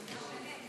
סעיפים 7 8,